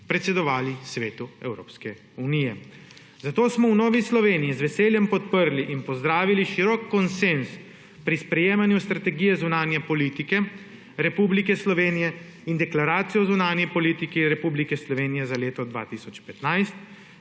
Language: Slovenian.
predsedovali Svetu Evropske unije. Zato smo v Novi Sloveniji z veseljem podprli in pozdravili širok konsenz pri sprejemanju Strategije zunanje politike Republike Slovenije in Deklaracijo o zunanji politiki Republike Slovenije za leto 2015,